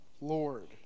Lord